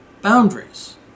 boundaries